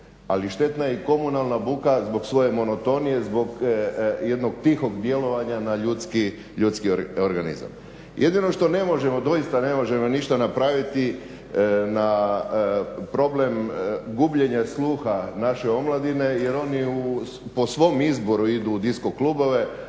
ali štetna je i komunalna buka zbog svoje monotonije zbog jednog tihog djelovanja na ljuski organizam. Jedino što ne možemo, doista ne možemo ništa napraviti na problem gubljenja sluha naše omladine jer oni po svom izboru idu u disco klubove